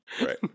Right